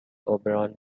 oberon